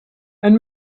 and